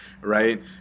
right